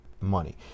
money